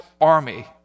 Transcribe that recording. army